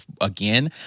again